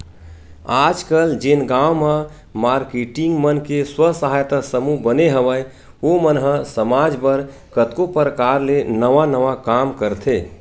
आजकल जेन गांव म मारकेटिंग मन के स्व सहायता समूह बने हवय ओ मन ह समाज बर कतको परकार ले नवा नवा काम करथे